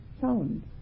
Sound